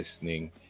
listening